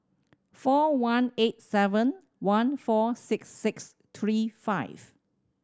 four one eight seven one four six six three five